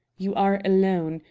you are alone.